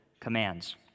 Commands